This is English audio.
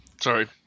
sorry